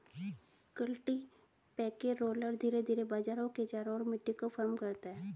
cultipacker roller धीरे धीरे बीजों के चारों ओर मिट्टी को फर्म करता है